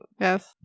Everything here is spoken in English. Yes